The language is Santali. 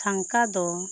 ᱥᱟᱝᱠᱟ ᱫᱚ